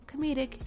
comedic